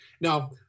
now